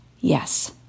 yes